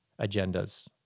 agendas